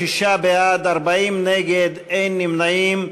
46 בעד, 40 נגד, אין נמנעים.